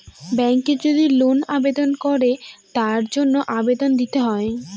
ব্যাঙ্কে যদি লোন আবেদন করে তার জন্য আবেদন দিতে হয়